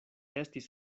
estis